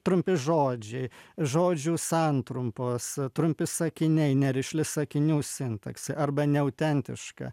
trumpi žodžiai žodžių santrumpos trumpi sakiniai nerišli sakinių sintaksė arba neautentiška